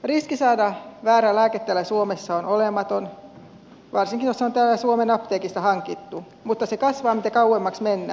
riski saada väärä lääke täällä suomessa on olematon varsinkin jos se on täällä suomessa apteekista hankittu mutta se kasvaa mitä kauemmaksi mennään